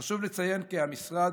חשוב לציין כי המשרד,